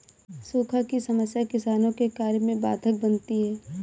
सूखा की समस्या किसानों के कार्य में बाधक बनती है